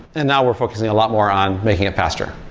and now we're focusing a lot more on making it faster